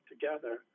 together